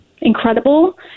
incredible